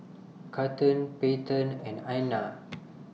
Cathern Peyton and Anna